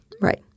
Right